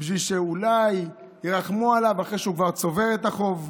בשביל שאולי ירחמו עליו אחרי שהוא כבר צובר את החוב.